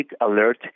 alert